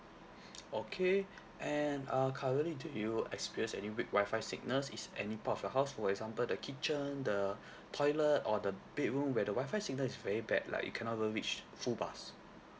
okay and uh currently do you experience any weak wi-fi signals is any part of your house for example the kitchen the toilet or the bedroom where the wi-fi signal is very bad like you cannot even reach full bars